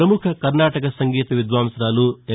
ప్రపముఖ కర్నాటక సంగీత విద్వాంసురాలు ఎం